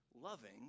loving